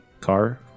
car